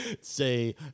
say